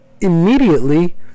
immediately